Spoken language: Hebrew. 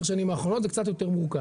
השנים האחרונות זה קצת יותר מורכב.